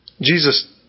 Jesus